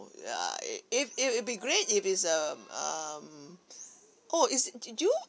ya it it'll be great if is um um oh it's did you